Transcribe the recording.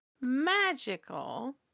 magical